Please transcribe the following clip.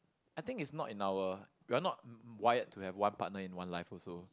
I think it's not in our we're not wired to have one partner in one life also